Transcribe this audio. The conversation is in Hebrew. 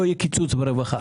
לא יהיה קיצוץ ברווחה.